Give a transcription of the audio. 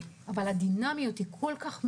נכון, אבל הדינמיות כל כך מהירה,